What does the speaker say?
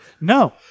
No